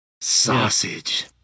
Sausage